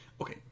okay